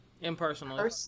Impersonal